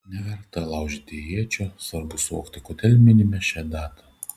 neverta laužyti iečių svarbu suvokti kodėl minime šią datą